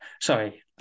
Sorry